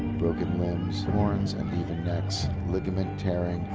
broken limbs, horns and even necks, ligament tearing,